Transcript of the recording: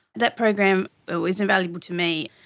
that program, it was invaluable to me,